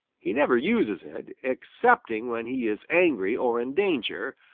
he never uses it, excepting when he is angry or in danger,